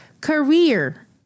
career